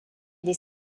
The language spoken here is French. des